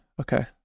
okay